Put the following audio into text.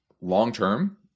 long-term